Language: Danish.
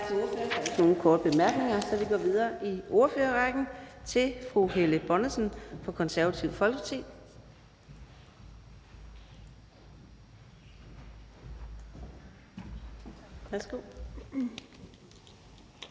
nogen korte bemærkninger, så vi går videre i ordførerrækken til fru Sascha Faxe fra Alternativet –